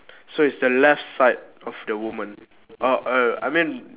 so it's the left side of the woman uh err I mean